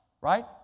Right